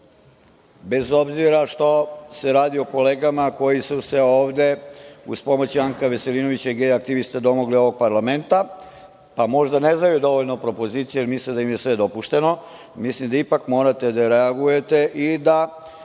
bez obzira što se radi o kolegama koji su se ovde uz pomoć Janka Veselinovića i gej aktivista domogle ovog parlamenta, pa možda ne znaju dovoljno propozicije, jer misle da im je sve dopušteno. Mislim da ipak morate da reagujete i da